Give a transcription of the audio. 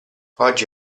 oggi